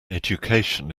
education